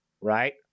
right